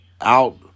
out